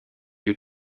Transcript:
lieu